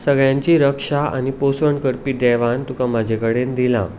सगळ्यांची रक्षा आनी पोसवण करपी देवान तुका म्हाजे कडेन दिलां